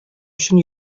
өчен